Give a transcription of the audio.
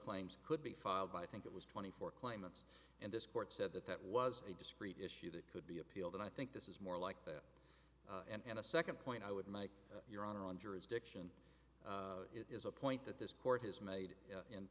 claims could be filed by i think it was twenty four claimants and this court said that that was a discrete issue that could be appealed and i think this is more like that and a second point i would make your honor on jurisdiction it is a point that this court has made in